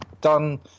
done